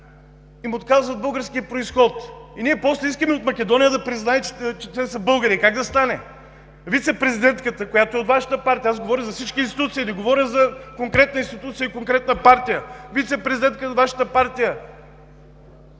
им отказват българския произход. И ние после искаме от Македония да признае, че те са българи. Е, как да стане? Вицепрезидентката, която е от Вашата партия, аз говоря за всички институции, не говоря за конкретна институция и конкретна партия, вицепрезидентката от Вашата партия